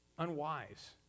unwise